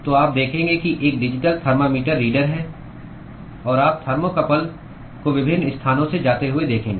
तो आप देखेंगे कि एक डिजिटल थर्मामीटर रीडर है और आप थर्मोकपल को विभिन्न स्थानों से जाते हुए देखेंगे